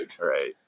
right